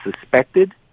suspected